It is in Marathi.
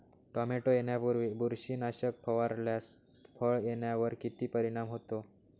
टोमॅटो येण्यापूर्वी बुरशीनाशक फवारल्यास फळ येण्यावर किती परिणाम होतो?